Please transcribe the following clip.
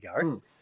go